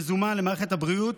מזומן למערכת הבריאות,